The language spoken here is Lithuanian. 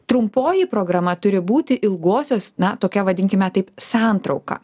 trumpoji programa turi būti ilgosios na tokia vadinkime taip santrauka